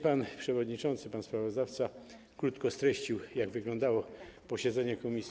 Pan przewodniczący, pan sprawozdawca krótko streścił, jak wyglądało posiedzenie komisji.